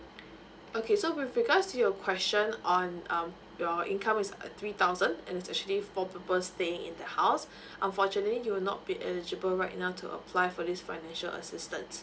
okay so with regards to your question on um your income is uh three thousand and it's actually four people staying in the house unfortunately you will not be eligible right now to apply for this financial assistance